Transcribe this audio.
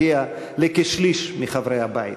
לכשליש מחברי הבית: